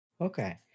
okay